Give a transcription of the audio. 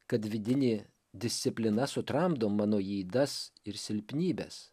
kad vidinė disciplina sutramdo mano ydas ir silpnybes